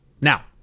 Now